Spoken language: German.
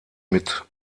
mit